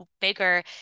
bigger